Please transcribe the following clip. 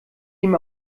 dem